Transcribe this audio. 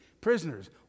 Prisoners